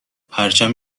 پرچم